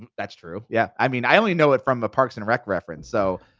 that's true. yeah, i mean i only know it from the parks and rec reference so